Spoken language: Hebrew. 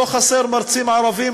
לא חסרים מרצים ערבים,